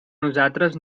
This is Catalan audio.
nosaltres